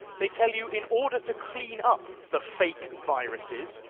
they tell you in order to clean up the fake viruses,